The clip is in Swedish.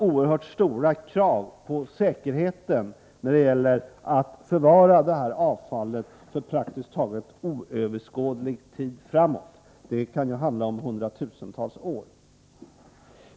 Synnerligen stora krav måste ställas på säkerheten när det gäller att förvara avfall för praktiskt taget oöverskådlig tid. Det kan ju röra sig om hundratusentals år.